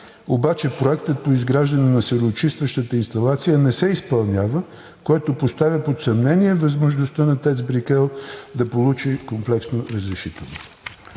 обаче проектът по изграждане на сероочистващата инсталация не се изпълнява, което поставя под съмнение възможността на ТЕЦ „Брикел“ да получи комплексно разрешително.